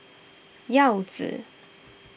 Yao Zi